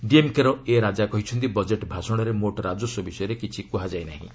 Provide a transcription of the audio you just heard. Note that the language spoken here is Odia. ଡିଏମ୍କେର ଏ ରାଜା କହିଛନ୍ତି ବଜେଟ୍ ଭାଷଣରେ ମୋଟ୍ ରାଜସ୍ୱ ବିଷୟରେ କିଛି କୁହାଯାଇ ନାହିଁ